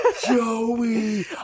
Joey